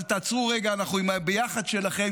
אבל תעצרו רגע עם הביחד שלכם,